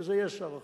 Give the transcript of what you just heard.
וזה יהיה שר אחר,